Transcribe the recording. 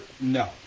No